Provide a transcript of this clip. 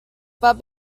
but